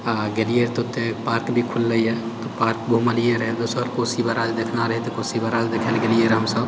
आ गेलिऐ तऽ ओतऽ पार्क भी खुललैए तऽ पार्क घुमलिऐ रहऽ दोसर कोशी बराज देखना रहै तऽ कोशी बराज देखै लऽ गेलिऐ रहऽ हमसब